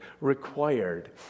required